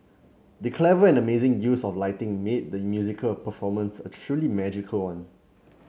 the clever and amazing use of lighting made the musical performance a truly magical one